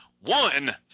one